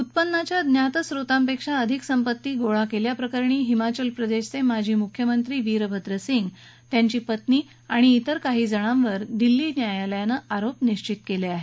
उत्पन्नाच्या ज्ञात स्रोतापेक्षा अधिक संपत्ती गोळा केल्याप्रकरणी हिमाचल प्रदेशचे माजी मुख्यमंत्री वीरभद्र सिंग त्यांची पत्नी प्रतिभा आणि अन्य काहीजणांवर दिल्ली न्यायालयानं आरोप निश्वित केले आहेत